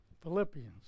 Philippians